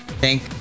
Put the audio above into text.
Thank